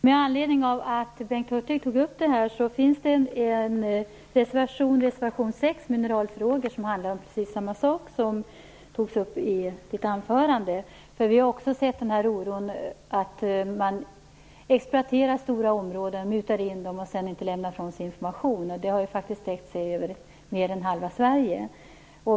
Herr talman! Eftersom Bengt Hurtig tog upp detta vill jag bara säga att det finns en reservation - nr 6 om mineralfrågor - som handlar om precis samma sak som Bengt Hurtig tog upp i sitt anförande. Vi har också sett samma oro. Man exploaterar stora områden, mutar in dem och sedan vill man inte lämna ifrån sig information. Det har ju faktiskt sträckt sig över mer än halva Sverige.